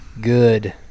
good